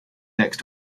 next